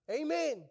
Amen